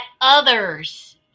others